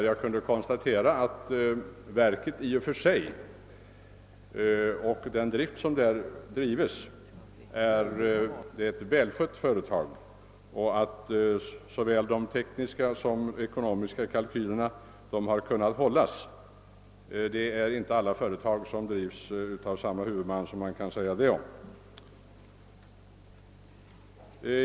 Jag kunde då konstatera att Ranstadsverket i och för sig är ett välskött företag och att såväl de tekniska som de ekonomiska kalkylerna har kunnat hållas. Det är inte alla företag, som drivs av samma huvudman, man kan säga det om.